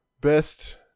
Best